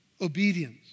Obedience